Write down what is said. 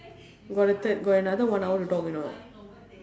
got a third got another one hour to talk you know